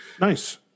nice